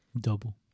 Double